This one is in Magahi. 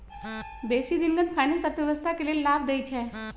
बेशी दिनगत फाइनेंस अर्थव्यवस्था के लेल लाभ देइ छै